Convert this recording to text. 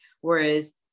Whereas